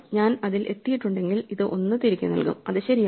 ഞാൻ അതിൽ എത്തിയിട്ടുണ്ടെങ്കിൽ ഇത് 1 തിരികെ നൽകും അത് ശരിയാണ്